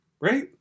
right